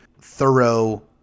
thorough